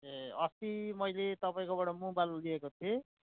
ए अस्ति मैले तपाईँकोबाट मोबाइल लिएको थिएँ